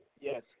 Yes